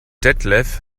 detlef